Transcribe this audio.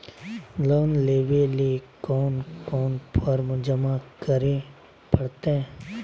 Loan लेवे ले कोन कोन फॉर्म जमा करे परते?